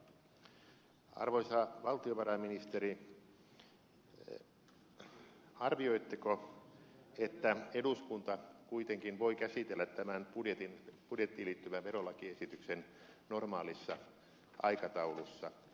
arvoisa valtiovarainministeri arvioitteko että eduskunta kuitenkin voi käsitellä tämän budjettiin liittyvän verolakiesityksen normaalissa aikataulussa